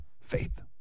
Faith